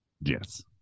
Yes